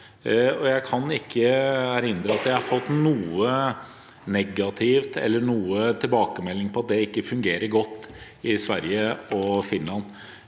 Jeg kan ikke erindre at jeg har hørt noe negativt eller noen tilbakemelding på at det ikke fungerer godt i Sverige og Finland.